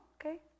okay